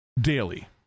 daily